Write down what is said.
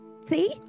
See